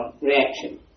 reaction